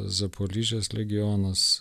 zaporižės regionas